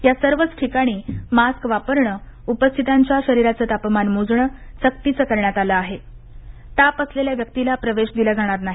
या सर्वच ठिकाणी मास्क लावणे उपस्थितांच्या शरीराचं तापमान मोजणे सक्तीचं करण्यात आलं आहे ताप असलेल्या व्यक्तिला प्रवेश दिला जाणार नाही